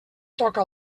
toca